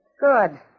Good